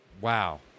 Wow